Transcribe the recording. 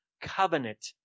covenant